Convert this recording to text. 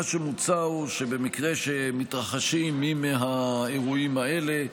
מה שמוצע הוא שבמקרה שמתרחשים מי מהאירועים האלה,